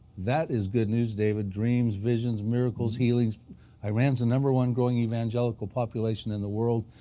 that is good news david, dreams, visions, miracles, healings iran is the number one growing evangelical population in the world.